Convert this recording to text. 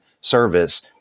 service